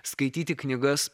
skaityti knygas